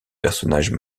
personnages